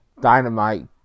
Dynamite